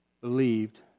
believed